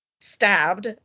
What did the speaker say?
stabbed